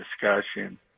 discussion